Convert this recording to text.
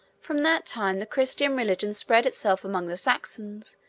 from that time, the christian religion spread itself among the saxons,